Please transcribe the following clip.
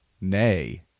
nay